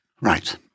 Right